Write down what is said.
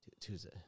Tuesday